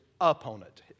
opponent